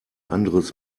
anderes